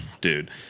dude